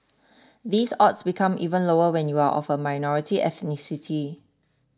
these odds become even lower when you are of a minority ethnicity